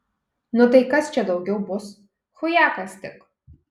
nu tai kas čia daugiau bus chujakas tik